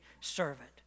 servant